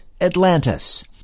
Atlantis